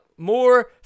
More